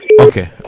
Okay